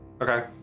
Okay